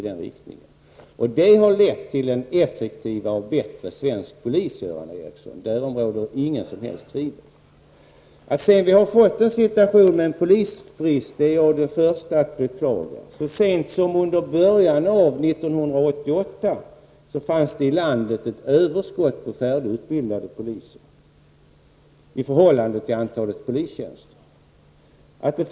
Detta har lett till en effektivare och bättre svensk polis, Göran Ericsson. Därom råder inget som helst tvivel. Att vi sedan har fått en situation med polisbrist är jag den förste att beklaga. Så sent som i början av 1988 fanns det i landet ett överskott på färdigutbildade poliser i förhållande till antalet polistjänster.